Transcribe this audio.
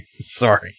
Sorry